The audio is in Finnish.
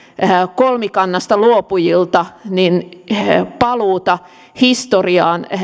kolmikannasta luopujilta paluuta historiaan